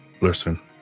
listen